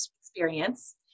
experience